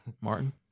Martin